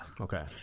okay